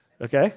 Okay